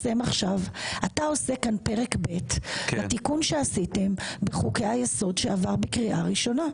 אתה עושה כאן פרק ב' לתיקון שעשיתם בחוקי היסוד שעבר בקריאה ראשונה.